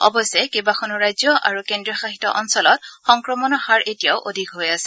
অৱশ্যে কেইবাখনো ৰাজ্য আৰু কেন্দ্ৰীয় শাসিত অঞ্চলত সংক্ৰমণৰ হাৰ এতিয়াও অধিক হৈ আছে